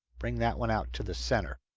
bring that one out to the center.